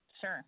sure